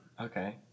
Okay